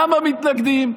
למה מתנגדים?